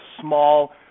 small